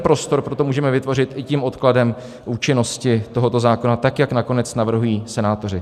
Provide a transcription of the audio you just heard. Prostor pro to můžeme vytvořit i tím odkladem účinnosti tohoto zákona, jak nakonec navrhují senátoři.